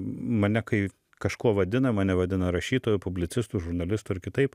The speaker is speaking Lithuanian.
mane kai kažkuo vadina mane vadina rašytoju publicistu žurnalistu ir kitaip